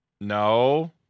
No